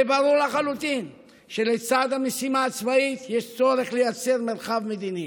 זה ברור לחלוטין שלצד המשימה הצבאית יש צורך לייצר מרחב מדיני.